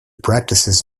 practices